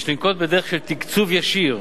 יש לנקוט דרך של תקצוב ישיר.